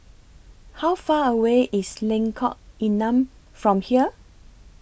How Far away IS Lengkok Enam from here